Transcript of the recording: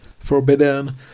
forbidden